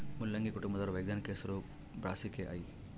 ಮುಲ್ಲಂಗಿ ಕುಟುಂಬದ ವೈಜ್ಞಾನಿಕ ಹೆಸರು ಬ್ರಾಸಿಕೆಐ